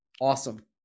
Awesome